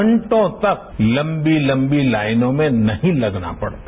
घंटों तक लंबी लंबी लाइनों में नहीं लगना पड़ता